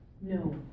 No